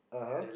(uh huh)